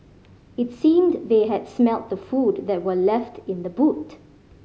it seemed they had smelt the food that were left in the boot